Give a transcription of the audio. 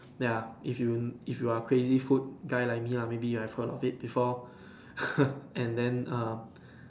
ya if you if you are crazy food guy like me lah maybe you have heard of it before and then err